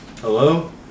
hello